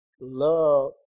love